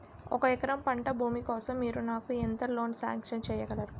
ఒక ఎకరం పంట భూమి కోసం మీరు నాకు ఎంత లోన్ సాంక్షన్ చేయగలరు?